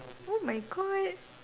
oh my god